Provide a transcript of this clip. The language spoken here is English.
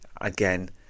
again